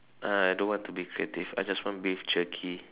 uh I don't want to be creative I just want beef jerky